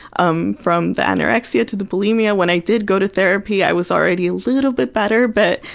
um from the anorexia to the bulimia. when i did go to therapy, i was already a little bit better, but,